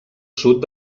sud